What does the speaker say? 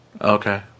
Okay